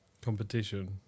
Competition